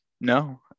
No